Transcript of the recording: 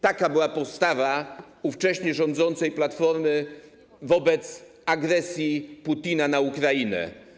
Taka była postawa ówcześnie rządzącej Platformy wobec agresji Putina na Ukrainę.